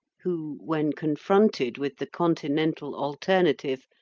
who, when confronted with the continental alternative,